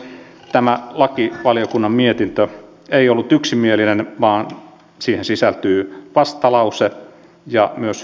tämä lakivaliokunnan mietintö ei ollut yksimielinen vaan siihen sisältyy vastalause ja myös hylkäysehdotuksen sisältävä vastalause